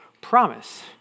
promise